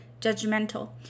judgmental